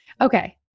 Okay